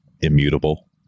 immutable